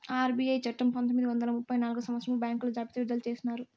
RBI చట్టము పంతొమ్మిది వందల ముప్పై నాల్గవ సంవచ్చరంలో బ్యాంకుల జాబితా విడుదల చేసినారు